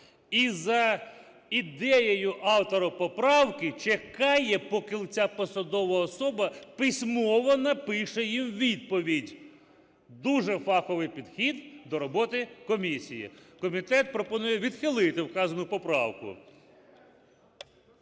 і за ідеєю автора поправки чекає, поки ця посадова особа письмово напише їм відповідь. Дуже фаховий підхід до роботи комісії. Комітет пропонує відхилити вказану поправку.